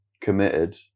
committed